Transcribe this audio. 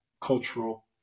cultural